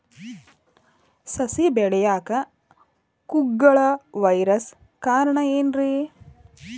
ಸಸಿ ಬೆಳೆಯಾಕ ಕುಗ್ಗಳ ವೈರಸ್ ಕಾರಣ ಏನ್ರಿ?